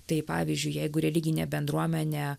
tai pavyzdžiui jeigu religinė bendruomenė